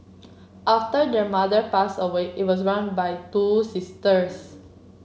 after their mother passed away it was run by two sisters